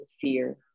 fear